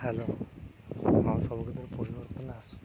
hello ହଁ ସବୁକଥାରେ ପରିବର୍ତ୍ତନ ଆସୁ